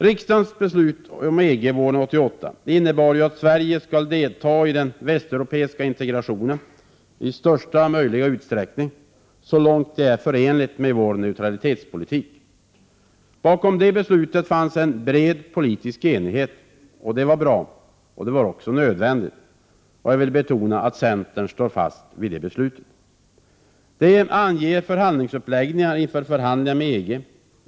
Riksdagens beslut om EG våren 1989 innebär att Sverige skall delta i den västeuropeiska integrationen i största möjliga utsträckning, så långt detta är förenligt med vår neutralitetspolitik. Bakom det beslutet fanns en bred politisk enighet. Det var bra och också nödvändigt, och jag vill betona att centern står fast vid detta beslut. Det anger förhandlingsuppläggningen inför förhandlingarna med EG.